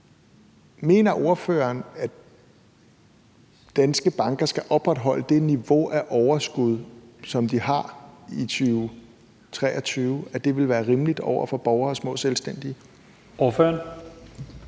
mener ordføreren, at danske banker skal opretholde det niveau af overskud, som de har i 2023, og at det vil være rimeligt over for borgere og små selvstændige? Kl.